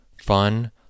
fun